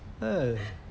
!hais!